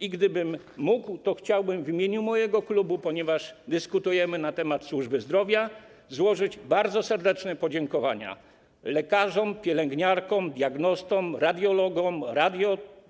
I gdybym mógł, to chciałbym w imieniu mojego klubu, ponieważ dyskutujemy na temat służby zdrowia, złożyć bardzo serdecznie podziękowania lekarzom, pielęgniarkom, diagnostom, radiologom,